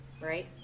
right